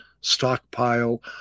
stockpile